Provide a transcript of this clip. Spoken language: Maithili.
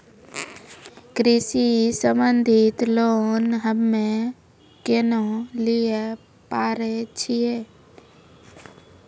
कृषि संबंधित लोन हम्मय केना लिये पारे छियै?